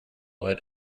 let